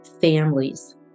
families